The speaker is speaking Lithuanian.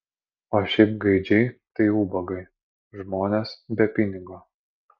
o šiaip gaidžiai tai ubagai žmonės be pinigo